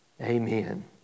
Amen